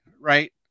Right